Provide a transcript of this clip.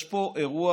יש פה אירוע